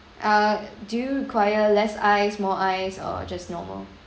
uh do you require less ice more ice or just normal